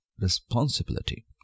responsibility